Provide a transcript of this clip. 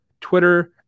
Twitter